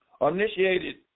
initiated